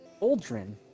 Aldrin